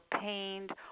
pained